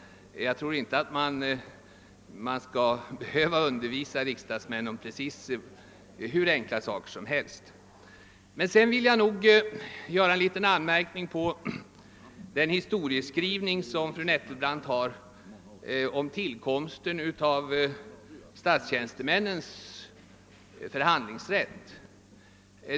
Jag tror inte att riksdagsmännen behöver undervisas om hur enkla saker som helst. Sedan vill jag göra en liten anmärkning beträffande Fru Nettelbrandts egen historieskrivning, då det gäller tillkomsten av statstjänstemännens förhandlingsrätt.